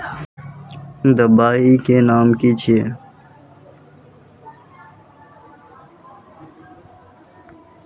दबाई के नाम की छिए?